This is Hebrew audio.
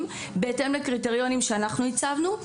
בהתאם לקריטריונים שאנחנו הצבנו.